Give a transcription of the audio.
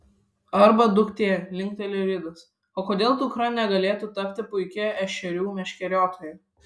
arba duktė linkteli ridas o kodėl dukra negalėtų tapti puikia ešerių meškeriotoja